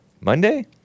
Monday